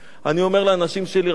אני אומר לאנשים שלי: רבותי,